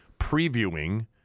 previewing